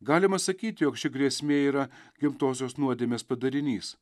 galima sakyti jog ši grėsmė yra gimtosios nuodėmės padarinys